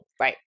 Right